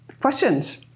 questions